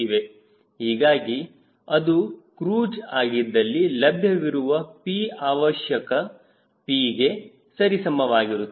ಹೀಗಾಗಿ ಅದು ಕ್ರೂಜ್ ಆಗಿದ್ದಲ್ಲಿ ಲಭ್ಯವಿರುವ P ಅವಶ್ಯಕ Pಗೆ ಸರಿಸಮವಾಗಿರುತ್ತದೆ